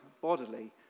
bodily